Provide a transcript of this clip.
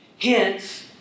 Hence